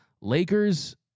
Lakers